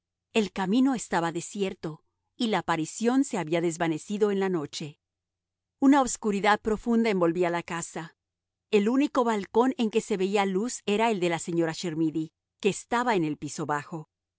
el camino estaba desierto y la aparición se había desvanecido en la noche una obscuridad profunda envolvía la casa el único balcón en que se veía luz era el de la señora chermidy que estaba en el piso bajo